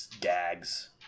gags